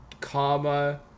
comma